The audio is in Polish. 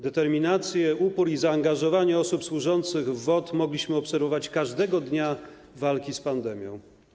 Determinację, upór i zaangażowanie osób służących w WOT mogliśmy obserwować każdego dnia walki z pandemią.